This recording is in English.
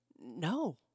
no